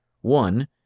One